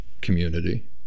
community